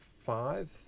five